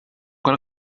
cal